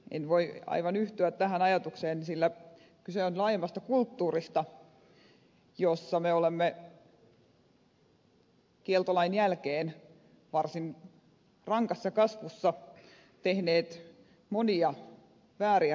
en voi aivan yhtyä tähän ajatukseen sillä kyse on laajemmasta kulttuurista jossa me olemme kieltolain jälkeen varsin rankassa kasvussa tehneet monia vääriä ratkaisuja